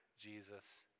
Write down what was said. Jesus